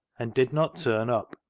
and did not turn up,